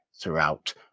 throughout